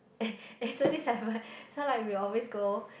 eh eh so this happened so like we always go